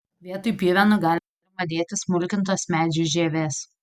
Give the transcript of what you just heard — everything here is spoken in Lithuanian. vietoj pjuvenų galima dėti smulkintos medžių žievės